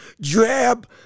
drab